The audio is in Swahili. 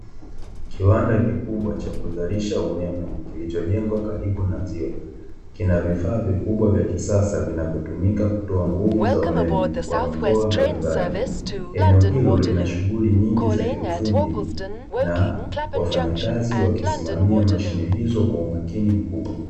Kiwanda kikubwa cha kuzalisha umeme, kilichojengwa karibu na ziwa. Kina vifaa vikubwa vya kisasa, vinavyotumika kutoa nguvu za umeme kwa mikoa mbalimbali. Eneo hilo lina shughuli nyingi za kiufundi na wafanyakazi wakisimamia mashine hizo kwa umakini mkubwa.